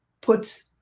puts